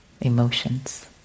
emotions